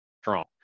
strong